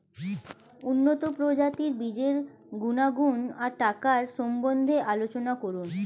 উন্নত প্রজাতির বীজের গুণাগুণ ও টাকার সম্বন্ধে আলোচনা করুন